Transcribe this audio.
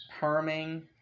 Perming